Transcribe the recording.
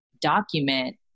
document